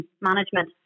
management